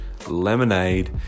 Lemonade